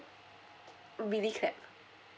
mm really clap